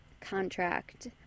contract